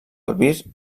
albir